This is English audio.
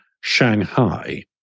Shanghai